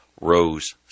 rose